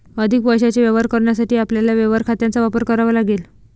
अधिक पैशाचे व्यवहार करण्यासाठी आपल्याला व्यवहार खात्यांचा वापर करावा लागेल